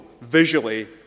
visually